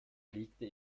legte